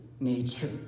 Nature